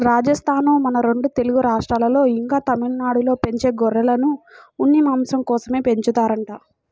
రాజస్థానూ, మన రెండు తెలుగు రాష్ట్రాల్లో, ఇంకా తమిళనాడులో పెంచే గొర్రెలను ఉన్ని, మాంసం కోసమే పెంచుతారంట